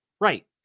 Right